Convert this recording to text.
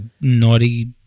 Naughty